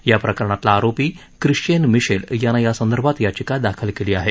या प्रकरणातला आरोपी क्रिश्चिएन मिशेल यानं यासंदर्भात याचिका दाखल केली आहे